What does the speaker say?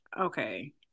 okay